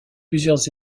plusieurs